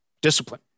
discipline